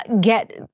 get